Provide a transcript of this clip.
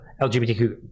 LGBTQ